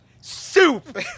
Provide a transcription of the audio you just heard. soup